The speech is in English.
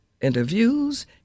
interviews